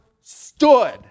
stood